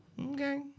Okay